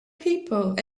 people